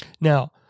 Now